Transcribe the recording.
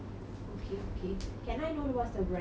okay okay can I know what's the brand